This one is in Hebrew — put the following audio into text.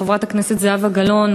חברת הכנסת זהבה גלאון,